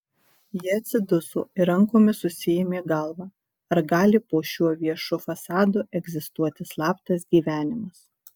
ji atsiduso ir rankomis susiėmė galvą ar gali po šiuo viešu fasadu egzistuoti slaptas gyvenimas